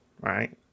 right